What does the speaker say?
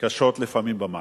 קשות לפעמים במים.